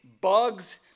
bugs